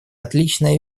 отличная